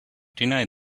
deny